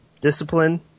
Discipline